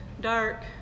dark